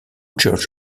church